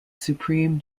supreme